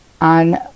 on